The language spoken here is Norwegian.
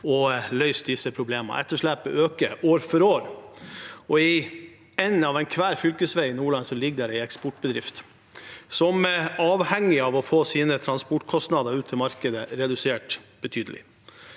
å løse disse problemene. Etterslepet øker år for år, og i enden av enhver fylkesvei i Nordland ligger det en eksportbedrift som er avhengig av å få sine transportkostnader ut til markedet redusert betydelig.